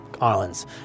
islands